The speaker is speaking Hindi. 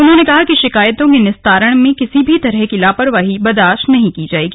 उन्होंने कहा कि शिकायतों के निस्तारण में किसी भी तरह की लापरवाही कतई बर्दाश्त नहीं की जाएगी